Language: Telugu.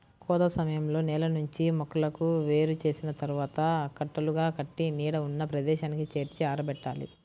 కోత సమయంలో నేల నుంచి మొక్కలను వేరు చేసిన తర్వాత కట్టలుగా కట్టి నీడ ఉన్న ప్రదేశానికి చేర్చి ఆరబెట్టాలి